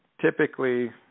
typically